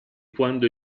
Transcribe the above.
quando